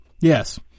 Yes